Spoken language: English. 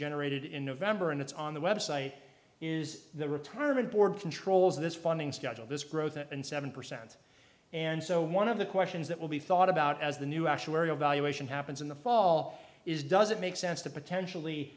generated in november and it's on the website is the retirement board controls this funding schedule this growth and seven percent and so one of the questions that will be thought about as the new actuarial valuation happens in the fall is does it make sense to potentially